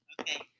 Okay